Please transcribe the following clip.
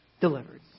delivered